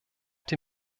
die